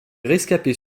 rescapés